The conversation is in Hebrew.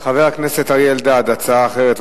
חבר הכנסת אריה אלדד, הצעה אחרת.